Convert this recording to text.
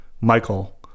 Michael